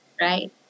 right